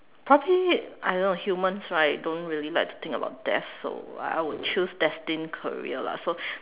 probably I don't know humans right don't really like to think about death so I would choose destined career lah so